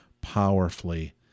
powerfully